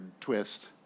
twist